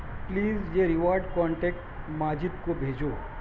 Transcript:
please یہ reward contact Majid کو بھیجو